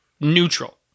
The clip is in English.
neutral